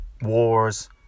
wars